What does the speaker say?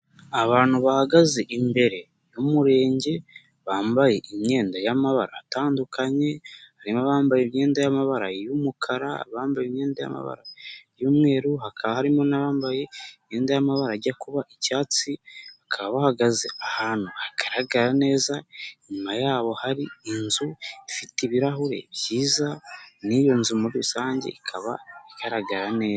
Abantu bahagaze imbere y'umurenge bambaye imyenda y'amabara atandukanye harimo abambaye imyenda yamabara y'umukara, abambaye imyenda y'amabara y'umweru hakaba harimo n'abambaye imyenda y'amabara ajya kuba icyatsi, bakaba bahagaze ahantu hagaragara neza, inyuma yabo hari inzu ifite ibirahure byiza n'iyo nzu muri rusange ikaba igaragara neza.